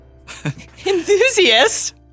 enthusiast